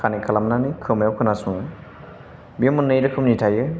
connect खालामनानै खोमायाव खोनासङो बे मोननै रोखोमनि थायो